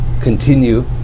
continue